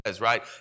right